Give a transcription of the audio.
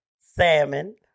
salmon